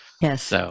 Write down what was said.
Yes